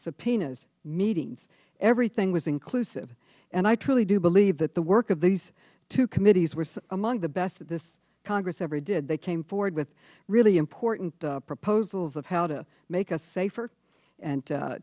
subpoenas meetings everything was inclusive and i truly do believe that the work of these two committees was among the best that this congress ever did they came forward with really important proposals of how to make us safer and